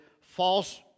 false